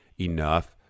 enough